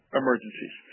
emergencies